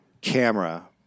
camera